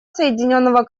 соединенного